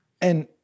And-